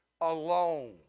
alone